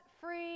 free